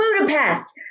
Budapest